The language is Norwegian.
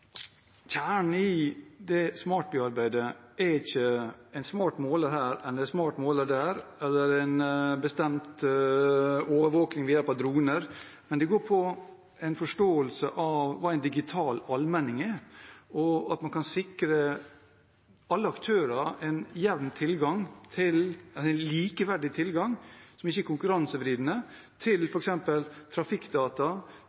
Kjernen i smartbyarbeidet er ikke en smart måler her, en smart måler der eller en bestemt overvåking ved hjelp av droner. Det går på en forståelse av hva en digital allmenning er, og at man kan sikre alle aktører en jevn tilgang – altså en likeverdig tilgang, som ikke er konkurransevridende – til